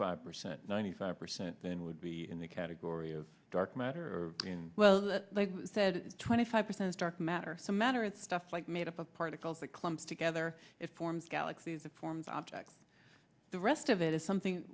five percent ninety five percent then would be in the category of dark matter well said twenty five percent dark matter so matter it's stuff like made up of particles that clumps together it forms galaxies that forms objects the rest of it is something